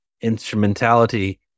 instrumentality